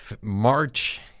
March